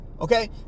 okay